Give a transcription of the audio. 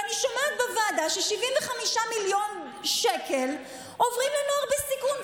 ואני שומעת בוועדה ש-75 מיליון שקל עוברים לנוער בסיכון.